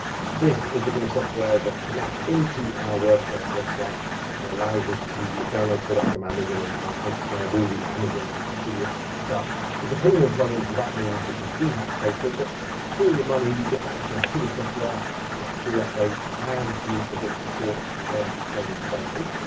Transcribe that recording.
and this is the bit of software that connects into our wordpress website and allows us to download products from amazon and kind of takes care of all the amazon affiliate stuff. it's a premium plugin, so that means that you do have to pay for it, but for your money you get access to the software, you get free updates, and you also get support from the plugin developers.